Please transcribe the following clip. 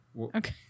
Okay